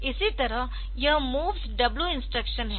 इसी तरह यह MOVS W इंस्ट्रक्शन है